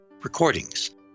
recordings